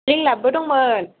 लिंलाबबो दंमोन